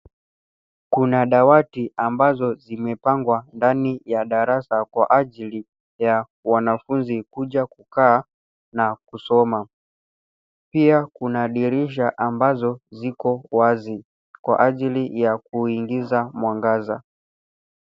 Kuna dawati ambazo zimepangwa ndani ya darasa kwa ajili ya wanafunzi kuja kukaa na kusoma. Pia kuna dirisha ambazo ziko wazi kwa ajili ya kuingiza mwangaza.